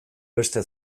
beste